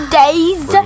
days